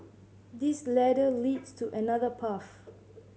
this ladder leads to another path